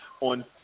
On